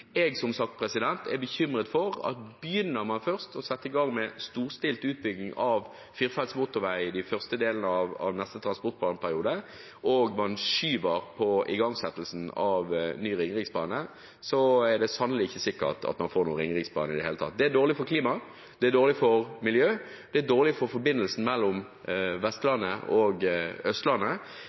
Jeg er som sagt bekymret for at dersom man først begynner å sette i gang med storstilt utbygging av firefelts motorvei i den første delen av neste Nasjonal transportplan-periode, og man skyver på igangsettelsen av ny Ringeriksbane, er det sannelig ikke sikkert at man får noen Ringeriksbane i det hele tatt. Det er dårlig for klimaet, det er dårlig for miljøet, og det er dårlig for forbindelsen mellom Vestlandet og Østlandet.